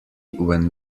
when